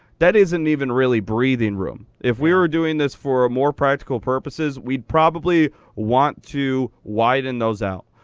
that isn't even really breathing room. if we were doing this for more practical purposes, we'd probably want to widen those out,